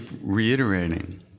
reiterating